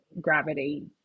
gravity